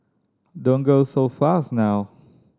don't go so fast now